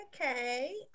Okay